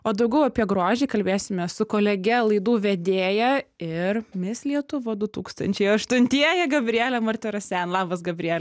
o daugiau apie grožį kalbėsime su kolege laidų vedėja ir mis lietuva du tūkstančiai aštuntieji gabrielė martirosian labas gabriele